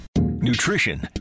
Nutrition